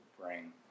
bring